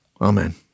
amen